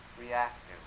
reactive